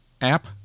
app